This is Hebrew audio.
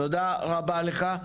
תודה רבה לך.